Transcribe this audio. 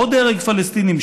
עוד הרג פלסטינים?